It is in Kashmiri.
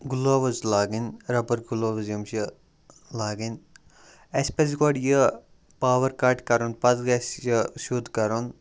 گُلوٕز لاگٕنۍ ربَر گُلوٕز یِم چھِ لاگٕنۍ اَسہِ پَزِ گۄڈٕ یہِ پاوَر کَٹ کَرُن پَتہٕ گَژھِ یہِ سیوٚد کَرُن